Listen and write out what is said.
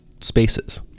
spaces